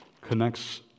connects